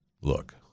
look